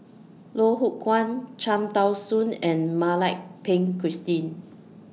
Loh Hoong Kwan Cham Tao Soon and Mak Lai Peng Christine